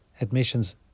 admissions